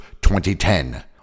2010